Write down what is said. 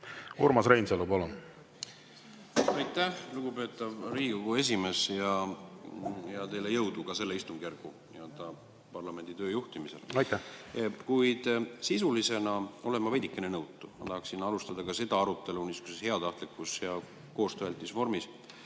juhtimisel! Aitäh, lugupeetav Riigikogu esimees! Teile jõudu ka selle istungjärgu parlamenditöö juhtimisel! Aitäh! Kuid sisulisena olen ma veidikene nõutu. Ma tahaksin alustada ka seda arutelu niisuguses heatahtlikus ja koostööaltis vormis.